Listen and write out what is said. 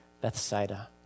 Bethsaida